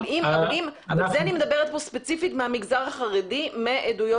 זה אני מדברת מהמגזר החרדי מעדויות